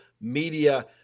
Media